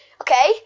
Okay